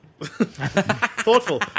Thoughtful